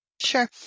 Sure